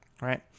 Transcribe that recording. right